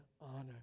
honor